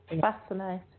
fascinating